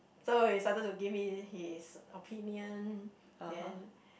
so he started to give me his opinion then